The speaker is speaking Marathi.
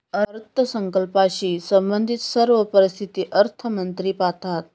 अर्थसंकल्पाशी संबंधित सर्व परिस्थिती अर्थमंत्री पाहतात